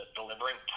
delivering